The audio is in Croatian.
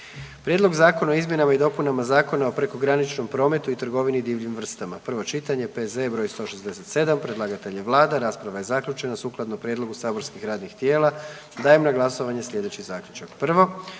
Prijedlog zakona o izmjenama i dopunama Zakona o prekograničnom prometu i trgovini divljim vrstama, prvo čitanje, P.Z.E. 167, predlagatelj je Vlada, rasprava je zaključena. Sukladno prijedlogu saborskih radnih tijela dajem na glasovanje sljedeći Zaključak. 1.